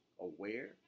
aware